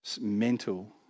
mental